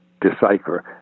decipher